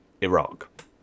Iraq